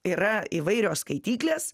yra įvairios skaityklės